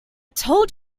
told